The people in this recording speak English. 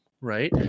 right